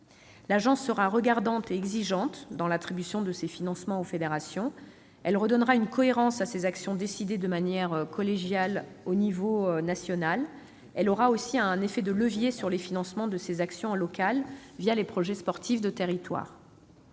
L'Agence sera exigeante dans l'attribution de ces financements aux fédérations. Elle redonnera une cohérence à ces actions décidées de manière collégiale à l'échelon national et aura un effet de levier sur les financements de ces actions localement, les projets sportifs de territoire.